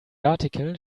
article